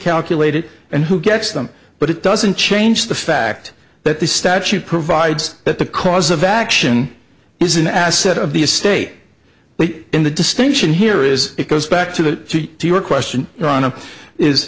calculated and who gets them but it doesn't change the fact that the statute provides that the cause of action is an asset of the estate but in the distinction here is it goes back to your question drawn up is